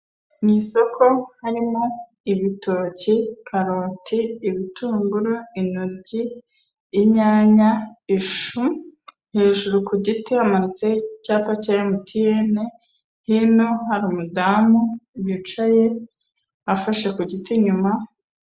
Mu isoko harimo ibitoki, karoti, ibitunguru, intorya, inyanya, ishu, hejuru ku giti hamanitse icyapa cya MTN, hino hari umudamu wicaye afashe ku giti nyuma.